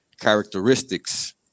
characteristics